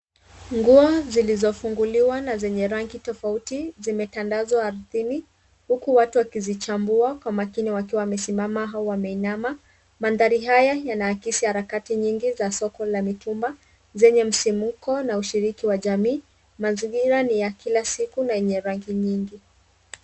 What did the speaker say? Nguo zilizofunguliwa na zenye rangi tofauti zimetandazwa ardhini, huku watu wakizichambua kwa makini wakiwa wamesimama au wameinama. Mandhari haya yanaakisi harakati nyingi za soko la mitumba zenye msimuko na ushiriki wa jamii. Mazingira ni ya kila siku na yenye rangi nyingi.